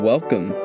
Welcome